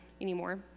anymore